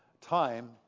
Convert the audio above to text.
time